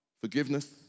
Forgiveness